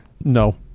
No